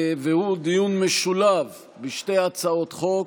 והוא דיון משולב בשתי הצעות חוק: